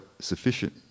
sufficient